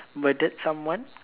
murdered someone